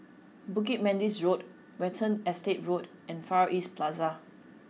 Bukit Manis Road Watten Estate Road and Far East Plaza